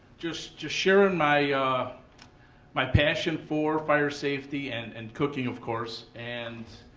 just to share in my my passion for fire safety and and cooking, of course, and